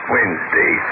Wednesday